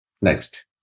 Next